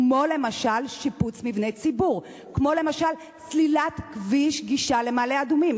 למשל שיפוץ מבני ציבור וסלילת כביש גישה למעלה-אדומים.